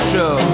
Show